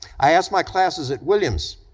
i asked my classes at williams,